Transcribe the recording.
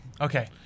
Okay